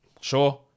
sure